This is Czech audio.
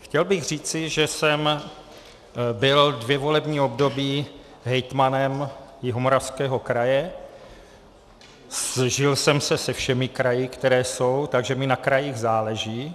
Chtěl bych říci, že jsem byl dvě volební období hejtmanem Jihomoravského kraje, sžil jsem se se všemi kraji, které jsou, takže mi na krajích záleží.